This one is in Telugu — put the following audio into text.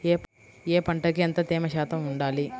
ఏ పంటకు ఎంత తేమ శాతం ఉండాలి?